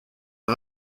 les